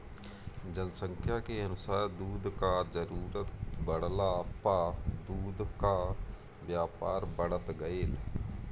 जनसंख्या के अनुसार दूध कअ जरूरत बढ़ला पअ दूध कअ व्यापार बढ़त गइल